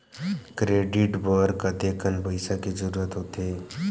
Credit बर कतेकन पईसा के जरूरत होथे?